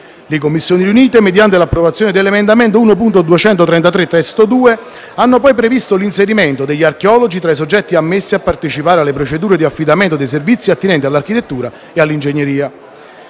Le Commissioni riunite, mediante l'approvazione dell'emendamento 1.233 (testo 2), hanno poi previsto l'inserimento degli archeologi tra i soggetti ammessi a partecipare alle procedure di affidamento dei servizi attinenti all'architettura e all'ingegneria.